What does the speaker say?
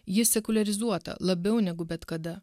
ji sekuliarizuota labiau negu bet kada